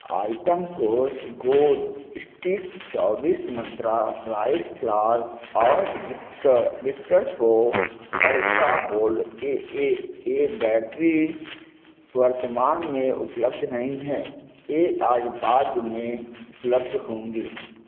item कोर्स गोद stick चौबीस मंत्रा राइस फ्लार और Victor Victor pro ultra gold A A A battery वर्तमान में उपलब्ध नहीं हैं ये आज बाद में उपलब्ध होंगे